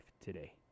today